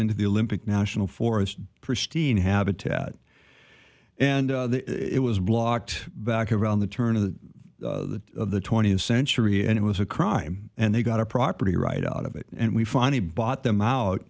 into the olympic national forest pristine habitat and it was blocked back around the turn of the of the twentieth century and it was a crime and they got a property right out of it and we finally bought them